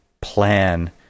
plan